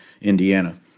Indiana